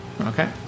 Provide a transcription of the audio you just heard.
Okay